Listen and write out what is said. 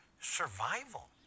survival